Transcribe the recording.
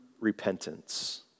repentance